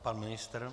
Pan ministr?